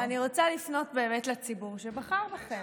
אני רוצה לפנות באמת לציבור שבחר בכם.